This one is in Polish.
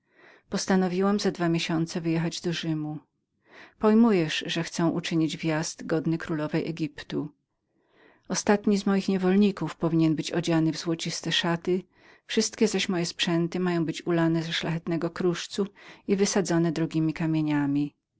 uściskał za dwa miesiące postanowiłam wyjechać do rzymu pojmujesz że chcę uczynić wjazd godny królowej egiptu ostatni z moich niewolników powinien być odzianym w złociste szaty wszystkie zaś moje sprzęty mają być ulane z szlachetnego kruszcu i wysadzone drogiemi kamieniami